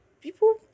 People